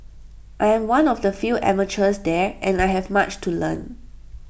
I am one of the few amateurs there and I have much to learn